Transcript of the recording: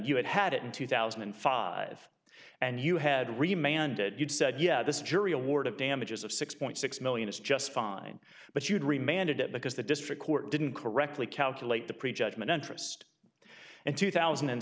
you had had it in two thousand and five and you had remained and you'd said yeah this jury awarded damages of six point six million is just fine but you'd remained it because the district court didn't correctly calculate the pre judgment interest and two thousand and